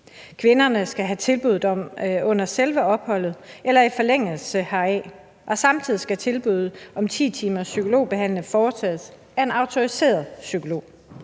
Kvinderne skal have tilbuddet under selve opholdet eller i forlængelse af det. Samtidig skal tilbuddet om 10 timers psykologbehandling varetages af en autoriseret psykolog.